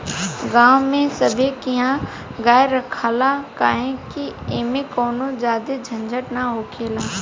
गांव में सभे किहा गाय रखाला काहे कि ऐमें कवनो ज्यादे झंझट ना हखेला